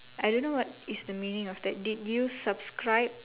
I don't know what is the meaning of that did you subscribe